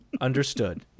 Understood